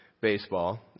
baseball